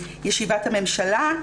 בישיבת הממשלה.